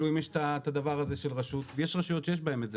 אם יש את הדבר הזה של רשות ויש רשויות שיש בהן את זה.